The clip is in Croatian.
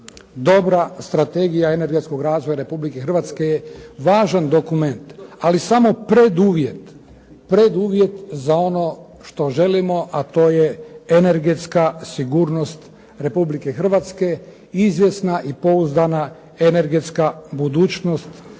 dobra strategija energetskog razvoja Republike Hrvatske je važan dokument, ali samo preduvjet za ono što želimo, a to je energetska sigurnost Republike Hrvatske, izvjesna i pouzdana energetska budućnost svih